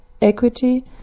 equity